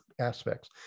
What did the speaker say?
aspects